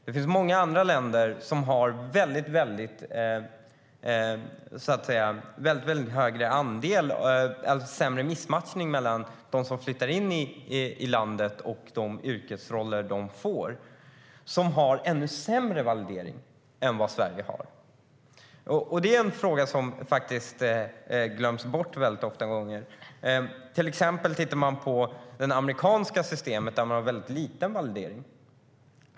Det finns många länder som har väldigt mycket bättre matchning mellan dem som flyttar in i landet och de yrkesroller de får, länder som har ännu sämre validering än vad Sverige har. Det är en fråga som glöms bort många gånger. Man kan till exempel titta på det amerikanska systemet, där man har väldigt lite validering.